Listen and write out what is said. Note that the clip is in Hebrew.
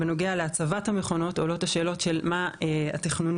בנוגע להצבת המכונות עולות השאלות של מה התכנונים,